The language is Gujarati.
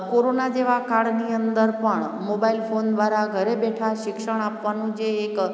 કોરોના જેવા કાળની અંદર પણ પાણી મોબાઈલ ફોન દ્વારા ઘરે બેઠા શિક્ષણ આપવાનું જે એક